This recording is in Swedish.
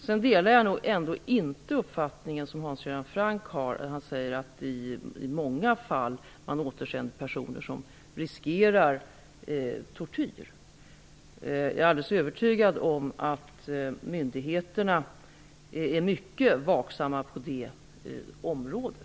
Jag delar inte Hans Göran Francks uppfattning att man i många fall har återsänt personer som riskerar tortyr. Jag är helt övertygad om att myndigheterna är mycket vaksamma på det området.